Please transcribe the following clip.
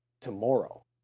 tomorrow